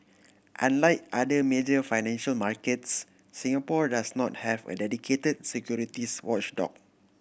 unlike other major financial markets Singapore does not have a dedicated securities watchdog